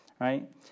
right